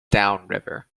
downriver